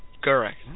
Correct